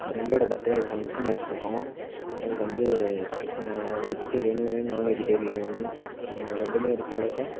ஃப்ரெண்ட்டோடய பர்த்டேக்கு பங்ஷன் வெச்சுருக்கோம் அதுக்கு வந்து ஸ் வெஜிடேரியனும் வேணும் நான் வெஜிடேரியனும் வேணும் ரெண்டுமே இருக்கல்ல சார்